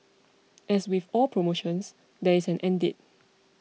as with all promotions there is an end date